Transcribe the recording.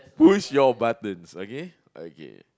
push your buttons okay